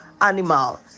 animal